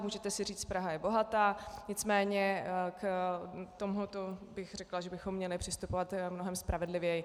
Můžete si říct Praha je bohatá, nicméně k tomuto bych řekla, že bychom měli přistupovat mnohem spravedlivěji.